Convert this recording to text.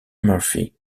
murphy